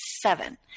seven